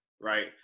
right